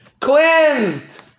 cleansed